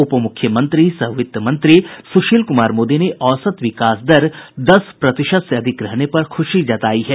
उपमुख्यमंत्री सह वित्त मंत्री सूशील कुमार मोदी ने औसत विकास दर दस प्रतिशत से अधिक रहने पर ख्शी जतायी है